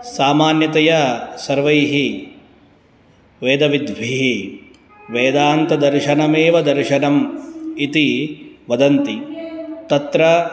सामान्यतया सर्वैः वेदविद्भिः वेदान्तदर्शनमेव दर्शनम् इति वदन्ति तत्र